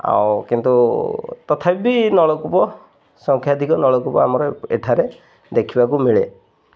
ଆଉ କିନ୍ତୁ ତଥାପି ନଳକୂପ ସଂଖ୍ୟା ଅଧିକ ନଳକୂପ ଆମର ଏଠାରେ ଦେଖିବାକୁ ମିଳେ